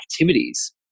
activities